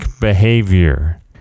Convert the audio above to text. behavior